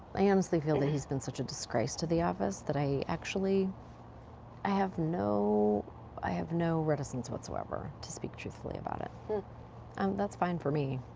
i honestly feel that he's been such a disgrace to the office that i actually i have no i have no reticence whatsoever to speak truthfully about it and that's fine for me.